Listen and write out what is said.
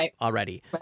already